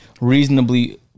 reasonably